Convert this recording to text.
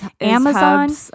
Amazon